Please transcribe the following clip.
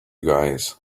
guys